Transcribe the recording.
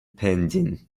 pending